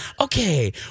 okay